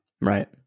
Right